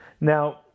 Now